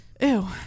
Ew